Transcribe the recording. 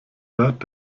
hört